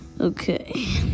Okay